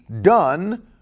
done